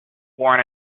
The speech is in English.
born